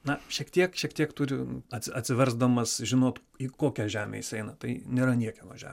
na šiek tiek šiek tiek turi atsi atsiversdamas žinot į kokią žemę jis eina tai nėra niekieno žemė